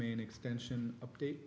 mean extension update